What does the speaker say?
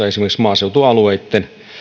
esimerkiksi maaseutualueilla